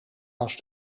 was